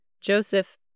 Joseph